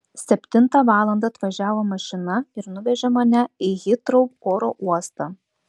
septintą valandą atvažiavo mašina ir nuvežė mane į hitrou oro uostą